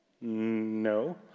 no